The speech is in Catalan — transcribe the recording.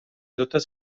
totes